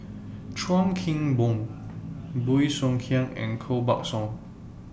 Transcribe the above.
Chuan Keng Boon Bey Soo Khiang and Koh Buck Song